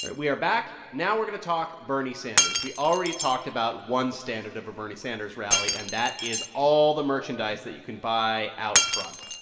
we are back. now we're going to talk bernie sanders. we already talked about one standard of a bernie sanders rally, and that is all the merchandise that you can buy out front.